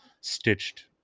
stitched